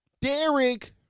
Derek